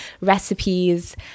recipes